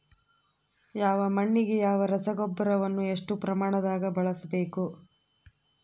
ಯಾವ ಮಣ್ಣಿಗೆ ಯಾವ ರಸಗೊಬ್ಬರವನ್ನು ಎಷ್ಟು ಪ್ರಮಾಣದಾಗ ಬಳಸ್ಬೇಕು?